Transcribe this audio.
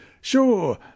Sure